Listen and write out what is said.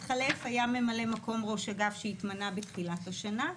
ממלא-מקום ראש אגף שהתמנה בתחילת השנה.